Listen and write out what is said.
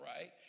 right